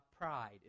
pride